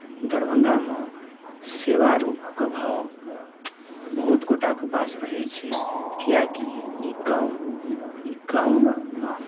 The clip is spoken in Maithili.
दरभंगामे सेवा रूप के भाव बहुत गोटाके पास रहै छै किएकि ई गाँव ई गाँव